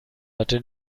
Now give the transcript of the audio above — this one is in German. hatte